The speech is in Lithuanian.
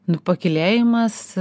nu pakylėjimas